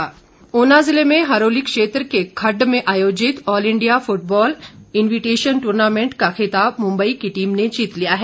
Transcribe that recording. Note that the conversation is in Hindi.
फुटबॉल ऊना ज़िले में हरोली क्षेत्र के खड्ड में आयोजित all India football invitation tournament का खिताब मुम्बई की टीम ने जीत लिया है